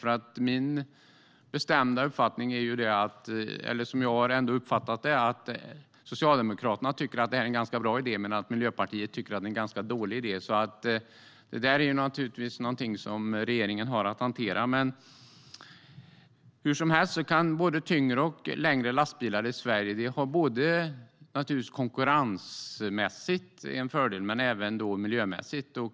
Jag har uppfattat det som att Socialdemokraterna tycker att det är en ganska bra idé men att Miljöpartiet tycker att det är en ganska dålig idé. Det är någonting som regeringen har att hantera. Hur som helst kan vi ha både tyngre och längre lastbilar i Sverige. Vi har konkurrensmässigt en fördel men även miljömässigt.